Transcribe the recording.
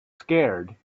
scared